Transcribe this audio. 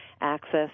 access